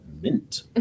mint